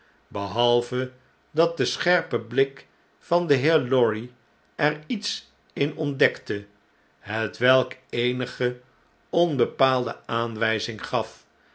behalve dat de scherpe blik van den heer lorry er iets in ontdekte hetwelk eenige onbepaalde aanwn'zing gaf